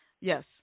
Yes